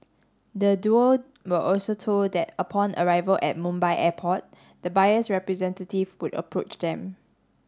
the duo were also told that upon arrival at Mumbai Airport the buyer's representative would approach them